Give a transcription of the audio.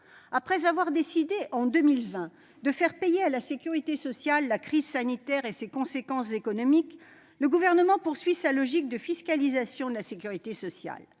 Après avoir décidé en 2020 de faire payer à la sécurité sociale la crise sanitaire et ses conséquences économiques, le Gouvernement poursuit sa logique de fiscalisation de la sécurité sociale.